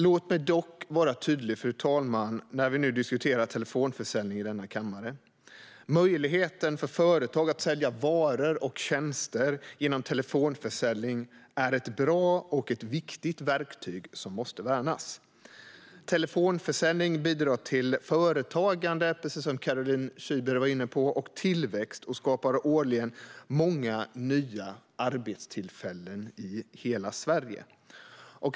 Låt mig dock vara tydlig, fru talman, när vi nu diskuterar telefonförsäljning i denna kammare: Möjligheten för företag att sälja varor och tjänster genom telefonförsäljning är ett bra och viktigt verktyg som måste värnas. Telefonförsäljning bidrar till företagande, precis som Caroline Szyber var inne på, och tillväxt. Det skapar årligen många nya arbetstillfällen i hela Sverige.